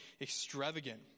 extravagant